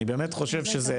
אני באמת חושב שזה בסוף,